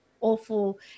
awful